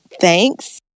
thanks